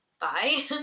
bye